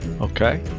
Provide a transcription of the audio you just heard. okay